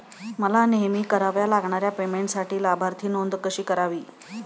मला नेहमी कराव्या लागणाऱ्या पेमेंटसाठी लाभार्थी नोंद कशी करावी?